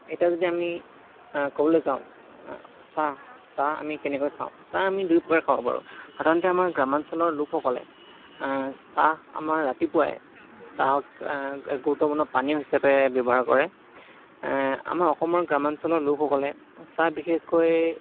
এতিয়া যদি আমি ক'বলৈ যাওঁ চাহ চাহ আমি কেনেকৈ খাওঁ চাহ আমি দুই প্ৰকাৰে খাব পাৰোঁ সাধাৰণতে আমাৰ গ্ৰাম্যাঞ্চলৰ লোকসকলে চাহ আমাৰ ৰাতিপুৱাই চাহক এক গুৰুত্বপূৰ্ণ পানীয় হিচাপে ব্যৱহাৰ কৰে আমাৰ অসমৰ গ্ৰাম্যাঞ্চলৰ লোকসকলে চাহ বিশেষকৈ